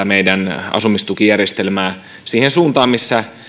meidän asumistukijärjestelmää siihen suuntaan missä